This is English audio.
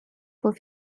for